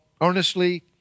earnestly